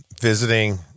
visiting